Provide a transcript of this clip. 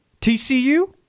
TCU